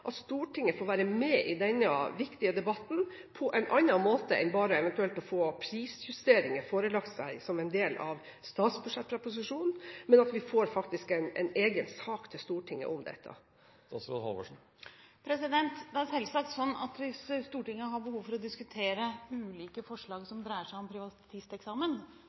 at Stortinget får være med i denne viktige debatten på en annen måte enn bare eventuelt å få seg forelagt prisjusteringer som en del av statsbudsjettproposisjonen – at vi faktisk får en egen sak til Stortinget om dette? Det er selvsagt slik at hvis Stortinget har behov for å diskutere ulike forslag som dreier seg om privatisteksamen,